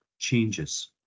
changes